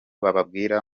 bababwira